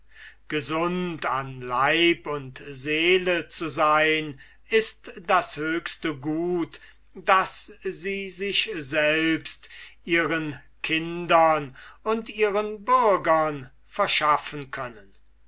gesund an leib und seele zu sein ist das höchste gut das sie sich selbst ihren kindern und ihren bürgern verschaffen können